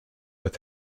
with